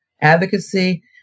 advocacy